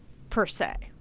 per se,